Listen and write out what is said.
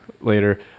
later